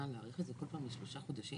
נאריך את זה כל פעם לשלושה חודשים?